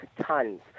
tons